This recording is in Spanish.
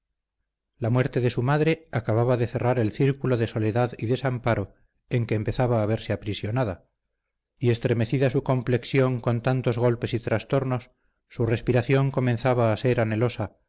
la muerte de su madre acababa de cerrar el círculo de soledad y desamparo en que empezaba a verse aprisionada y estremecida su complexión con tantos golpes y trastornos su respiración comenzaba a ser anhelosa